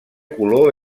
color